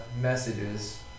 messages